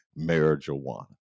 marijuana